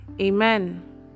amen